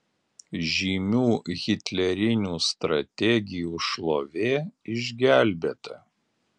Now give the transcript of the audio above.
žymių hitlerinių strategų šlovė išgelbėta